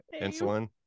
insulin